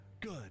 good